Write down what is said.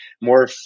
more